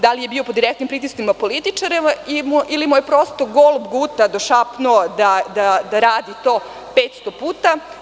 Da li je bio pod direktnim pritiscima političara ili mu je prostu golub Guta došapnuo da radi to petsto puta?